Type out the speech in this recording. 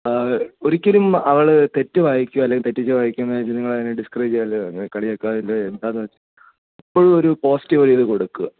ഒരിക്കലും അവൾ തെറ്റു വായിക്കുകയോ അല്ലെങ്കിൽ തെറ്റിച്ചു വായിക്കുകയോ എന്നുവെച്ച് നിങ്ങൾ അതിനെ ഡിസ്കറേജ് ചെയ്യാതെ കളിയാക്കാതെ എന്താണെന്നു വെച്ചാൽ എപ്പോഴും ഒരു പോസിറ്റീവ് ഒരു ഇത് കൊടുക്കുക